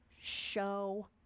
show